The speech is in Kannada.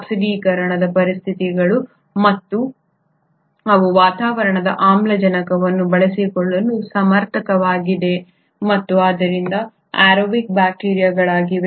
ಆಕ್ಸಿಡೀಕರಣದ ಪರಿಸ್ಥಿತಿಗಳು ಮತ್ತು ಅವು ವಾತಾವರಣದ ಆಮ್ಲಜನಕವನ್ನು ಬಳಸಿಕೊಳ್ಳಲು ಸಮರ್ಥವಾಗಿವೆ ಮತ್ತು ಆದ್ದರಿಂದ ಏರೋಬಿಕ್ ಬ್ಯಾಕ್ಟೀರಿಯಾಗಳಾಗಿವೆ